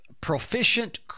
proficient